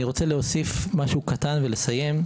אני רוצה להוסיף משהו קטן ולסיים: